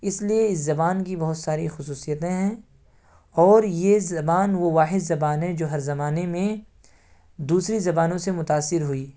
اس لیے اس زبان کی بہت ساری خصوصیتیں ہیں اور یہ زبان وہ واحد زبان ہیں جو ہر زمانے میں دوسری زبانوں سے متاثر ہوئی